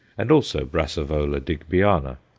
and also brassavola digbyana,